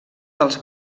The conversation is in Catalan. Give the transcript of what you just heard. dels